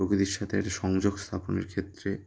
প্রকৃতির সাথে একটা সংযোগ স্থাপনের ক্ষেত্রে